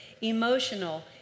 emotional